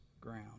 ground